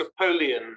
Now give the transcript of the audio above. Napoleon